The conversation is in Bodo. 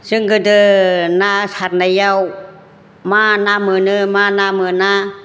जों गोदो ना सारनायाव मा ना मोनो मा ना मोना